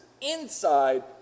inside